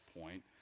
point